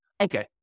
Okay